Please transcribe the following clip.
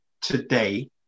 today